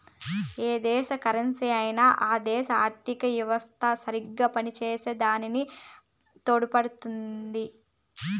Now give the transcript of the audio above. yeah దేశ కరెన్సీకైనా ఆ దేశ ఆర్థిత యెవస్త సరిగ్గా పనిచేసే దాని తోడుపడుతాది